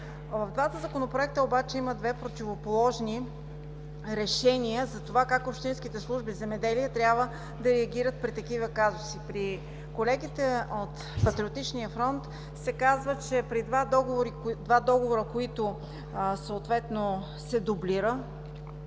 В двата законопроекта обаче има две противоположни решения за това как общинските служби „Земеделие“ трябва да реагират при такива казуси. При колегите от „Патриотичния фронт“ се казва, че при два договора, в които съответно се дублират